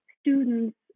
students